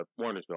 Warnersville